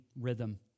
rhythm